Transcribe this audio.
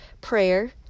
Prayer